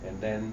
and then